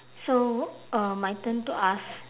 so uh my turn to ask